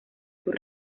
sus